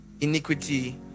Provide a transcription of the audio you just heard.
iniquity